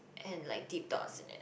and like deep thoughts in it